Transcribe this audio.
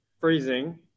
freezing